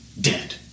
dead